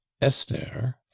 Esther